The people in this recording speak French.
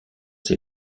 ses